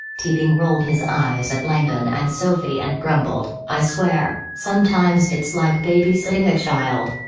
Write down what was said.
teabing rolled his eyes at langdon and sophie and grumbled, i swear, sometimes it's like baby-sitting a child.